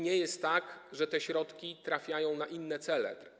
Nie jest też tak, że te środki trafiają na inne cele.